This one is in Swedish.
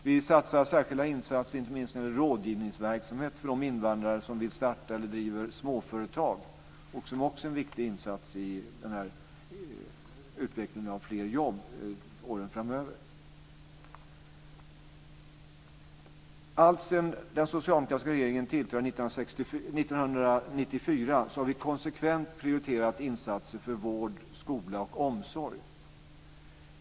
Vi gör särskilda insatser inte minst när det gäller rådgivningsverksamhet för de invandrare som vill starta eller driver småföretag, vilket också är en viktig insats när det gäller utvecklingen av fler jobb åren framöver. Alltsedan den socialdemokratiska regeringen tillträdde 1994 har vi konsekvent prioriterat insatser för vård, skola och omsorg.